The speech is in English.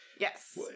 Yes